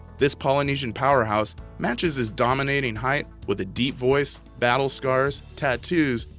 this polynesian powerhouse matches his dominating height with a deep voice, battle scars, tattoos,